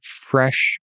fresh